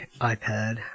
iPad